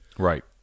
Right